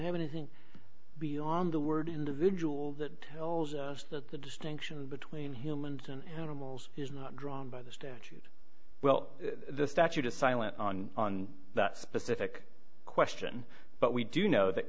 have anything beyond the word individual that tells us that the distinction between humans and animals is not drawn by the statute well the statute a silent on that specific question but we do know that